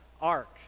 Ark